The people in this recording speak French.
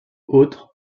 autres